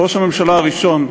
ראש הממשלה הראשון,